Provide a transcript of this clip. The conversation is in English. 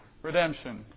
Redemption